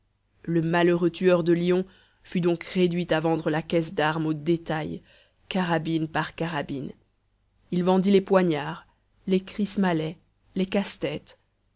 le malheureux tueur de lions fut donc réduit à vendre la caisse d'armes au détail carabine par carabine il vendit les poignards les kriss malais les casse-tête